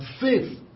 faith